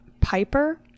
Piper